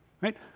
right